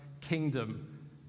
kingdom